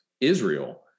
Israel